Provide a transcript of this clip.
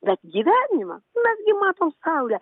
bet gyvenimo mes gi matom saulę